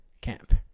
camp